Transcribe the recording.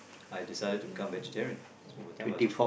I decided to become vegetarian